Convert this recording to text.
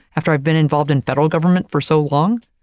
after i've been involved in federal government for so long